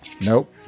Nope